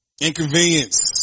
inconvenience